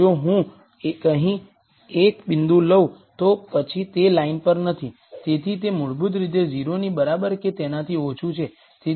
જો હું અહીં એક બિંદુ લઉં તો પછી તે લાઇન પર નથી તેથી તે મૂળભૂત રીતે 0ની બરાબર કે તેનાથી ઓછું છે